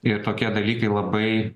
ir tokie dalykai labai